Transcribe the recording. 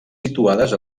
situades